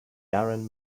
darren